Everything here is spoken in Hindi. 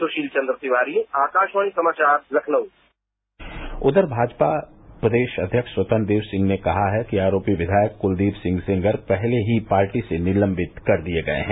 सुशील चंद्र तिवारी आकाशवाणी समाचार लखनऊ उधर भाजपा प्रदेश अध्यक्ष स्वतंत्र देव सिंह ने कहा है कि आरोपी विधायक कुलदीप सिंह सेंगर पहले ही पार्टी से निलम्बित कर दिये गये हैं